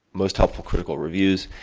most helpful critical reviews,